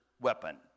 weapon